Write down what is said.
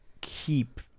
keep